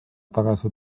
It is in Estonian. tagasi